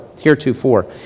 heretofore